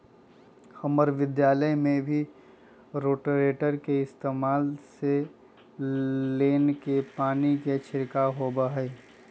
हम्मर विद्यालय में भी रोटेटर के इस्तेमाल से लोन में पानी के छिड़काव होबा हई